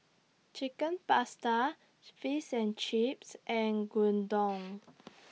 Chicken Pasta Fish and Chips and Gyudon